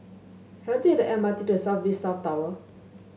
can I take the M R T to South Beach South Tower